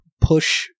push